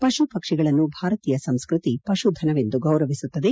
ಪಶುಪಕ್ಷಿಗಳನ್ನು ಭಾರತೀಯ ಸಂಸ್ಕೃತಿ ಪಶುಧನವೆಂದು ಗೌರವಿಸುತ್ತದೆ